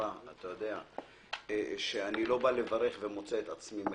כך שיגרום להסטת צרכנים למסלול מסוים,